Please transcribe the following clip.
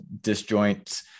disjoint